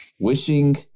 wishing